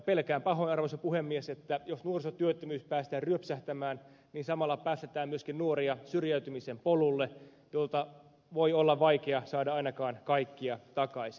pelkään pahoin arvoisa puhemies että jos nuorisotyöttömyys päästetään ryöpsähtämään niin samalla päästetään myöskin nuoria syrjäytymisen polulle jolta voi olla vaikea saada ainakaan kaikkia takaisin